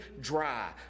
dry